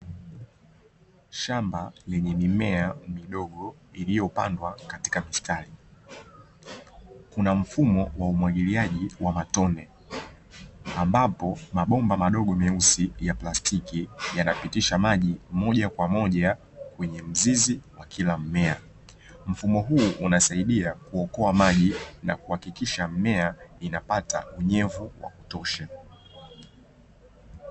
Shamba lenye mimea midogo iliyopandwa katika mstari, Kuna mfumo wa umwagiliaji wa matone ambapo mabomba madogo meusi ya plastiki yanapitisha maji moja kwa moja kwenye mzizi wa kila mmea. Mfumo huu unasaidia kuokoa maji na kuhakikisha kila mmea unapata unyevu wa kutosha.